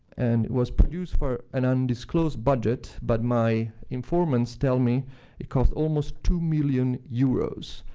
and it was produced for an undisclosed budget, but my informants tell me it cost almost two million euros.